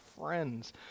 friends